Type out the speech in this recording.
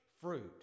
fruit